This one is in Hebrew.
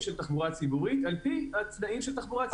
של תחבורה ציבורית על פי התנאים של תחבורה ציבורית.